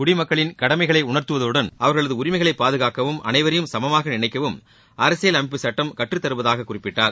குடிமக்களின் கடமைகளை உணர்த்துவதுடன் அவர்களது உரிமைகளை பாதுகாக்கவும் அனைவரையும் சமமாக நினைக்கவும் அரசியல் அமைப்புச் சட்டம் கற்றுத் தருவதாகக் குறிப்பிட்டார்